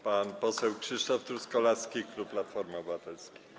Pan poseł Krzysztof Truskolaski, klub Platforma Obywatelska.